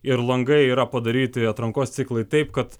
ir langai yra padaryti atrankos ciklui taip kad